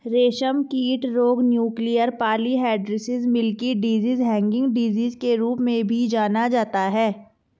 रेशमकीट रोग nuclear polyhedrosis, milky disease, hanging disease के रूप में भी जाना जाता है